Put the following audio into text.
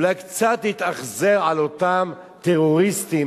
אולי קצת להתאכזר לאותם טרוריסטים,